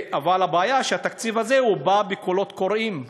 אבל הבעיה היא שהתקציב הזה בא בקולות קוראים,